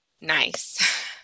nice